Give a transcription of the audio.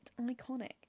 Iconic